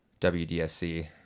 wdsc